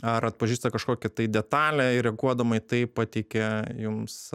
ar atpažįsta kažkokią tai detalę ir reaguodama į tai pateikia jums